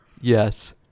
Yes